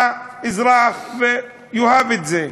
האזרח יאהב את זה.